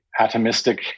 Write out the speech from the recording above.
atomistic